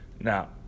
Now